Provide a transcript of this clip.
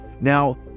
Now